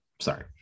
Sorry